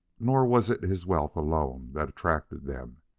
nor was it his wealth alone that attracted them.